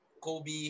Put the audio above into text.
Kobe